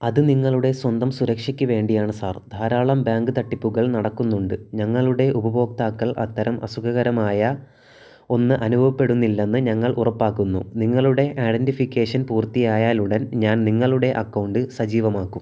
അത് നിങ്ങളുടെ സ്വന്തം സുരക്ഷക്ക് വേണ്ടിയാണ് സാർ ധാരാളം ബാങ്ക് തട്ടിപ്പുകൾ നടക്കുന്നുണ്ട് ഞങ്ങളുടെ ഉപഭോക്താക്കൾ അത്തരം അസുഖകരമായ ഒന്ന് അനുഭവപ്പെടുന്നില്ലെന്ന് ഞങ്ങൾ ഉറപ്പാക്കുന്നു നിങ്ങളുടെ ഐഡന്റിഫിക്കേഷൻ പൂർത്തിയായാലുടൻ ഞാൻ നിങ്ങളുടെ അക്കൗണ്ട് സജീവമാക്കും